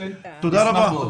תודה רבה.